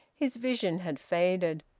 his vision had faded.